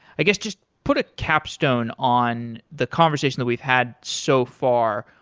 i guess just put ah capstone on the conversation that we've had so far.